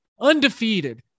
Undefeated